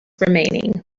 remaining